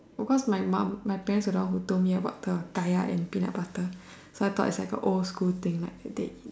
oh cause my mum my parents are the one who told me about the kaya and peanut butter so I thought is like a old school thing that they eat